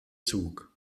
zug